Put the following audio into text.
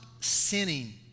sinning